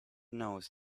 nose